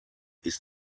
ist